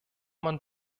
man